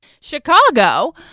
Chicago